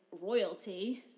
royalty